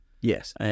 Yes